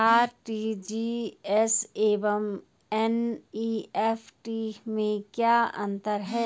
RTGS एवं NEFT में क्या अंतर है?